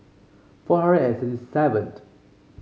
four hundred and sixty seventh